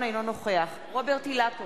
אינו נוכח רוברט אילטוב,